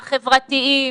החברתיים,